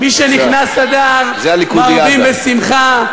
משנכנס אדר מרבים בשמחה.